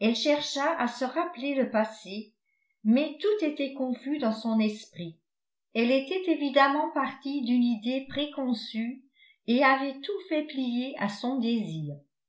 elle chercha à se rappeler le passé mais tout était confus dans son esprit elle était évidemment partie d'une idée préconçue et avait tout fait plier à son désir